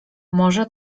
może